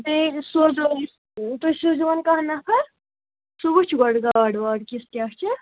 بیٚیہِ حظ سوزہو أسۍ تُہۍ سوٗزہوٗن کانٛہہ نفر سُہ وُچھِ گۄڈٕ گاڈٕ واڈٕ کِژھ کیٛاہ چھِ